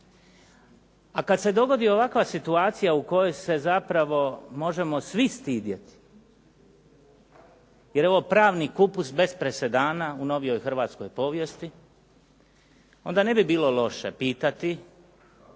A kad se dogodi ovakva situacija u kojoj se zapravo možemo svi stidjeti jer je ovo pravni kupus bez presedana u novijoj hrvatskoj povijesti, onda ne bi bilo loše pitati